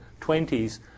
20s